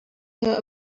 her